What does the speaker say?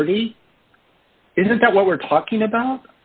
thirty isn't that what we're talking about